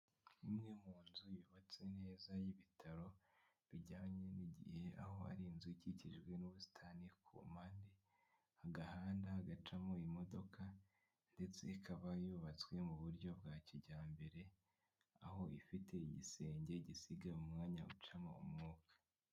Imwe mu nzu yubatse neza y'ibitaro bijyanye n'igihe aho ari inzu ikikijwe n'ubusitani ku mpande, agahanda gacamo imodoka ndetse ikaba yubatswe mu buryo bwa kijyambere, aho ifite igisenge gisiga umwanya hacamo umwuka.